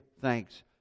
thanks